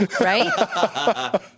right